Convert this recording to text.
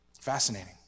Fascinating